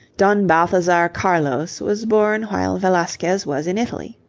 don balthazar carlos was born while velasquez was in italy.